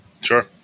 Sure